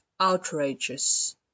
outrageous